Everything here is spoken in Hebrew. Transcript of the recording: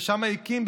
ושם הקים,